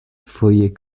foje